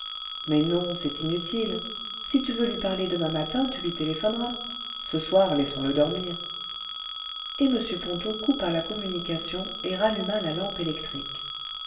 mais nom c'est inutile si tu veux lui parler demain matin tu lui téléphoneras ce soir laissons-le dormir et m ponto coupa la communication et ralluma la lampe électrique